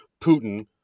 Putin